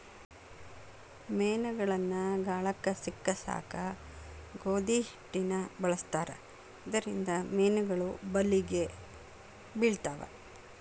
ಮೇನಗಳನ್ನ ಗಾಳಕ್ಕ ಸಿಕ್ಕಸಾಕ ಗೋಧಿ ಹಿಟ್ಟನ ಬಳಸ್ತಾರ ಇದರಿಂದ ಮೇನುಗಳು ಬಲಿಗೆ ಬಿಳ್ತಾವ